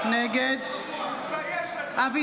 נגד אבי